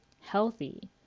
healthy